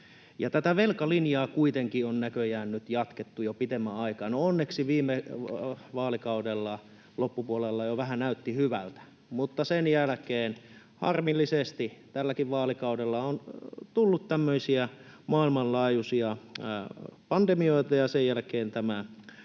tätä velkalinjaa kuitenkin on näköjään nyt jatkettu jo pitemmän aikaan. Onneksi viime vaalikaudella loppupuolella jo vähän näytti hyvältä, mutta sen jälkeen harmillisesti tälläkin vaalikaudella on tullut tämmöisiä maailmanlaajuisia pandemioita ja sen jälkeen tämä